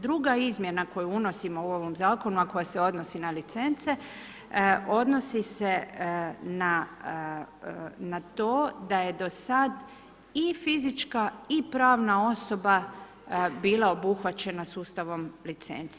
Druga izmjena koju unosimo u ovom zakonu, a koja se odnosi na licence, odnosi se na to, da je do s ada i fizička i pravna osoba bila obuhvaćena sustavom licenci.